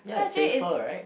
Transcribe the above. ya is safer right